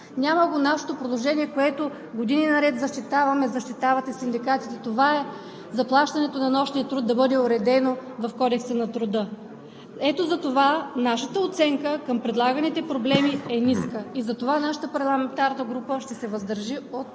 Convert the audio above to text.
Няма го и нашето предложение, което години наред защитаваме, защитават и синдикатите – заплащането на нощния труд да бъде уредено в Кодекса на труда. Ето затова нашата оценка към предлаганите промени е ниска и затова нашата парламентарна група ще се въздържи от